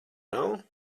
nav